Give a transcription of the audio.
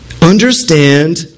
understand